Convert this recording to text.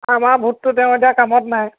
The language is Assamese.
আমাৰ ভোটটো তেওঁ এতিয়া কামত নাই